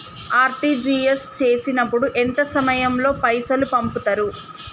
RTGS చేసినప్పుడు ఎంత సమయం లో పైసలు పంపుతరు?